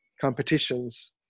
competitions